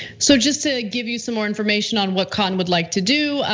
so just to give you some more information on what cotton would like to do,